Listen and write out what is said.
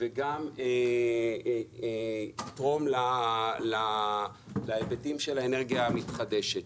וגם יתרום להיבטים של האנרגיה המתחדשת.